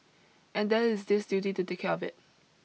and there is this duty to take care of it